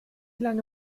lange